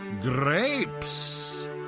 grapes